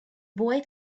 boy